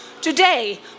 Today